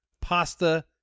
pasta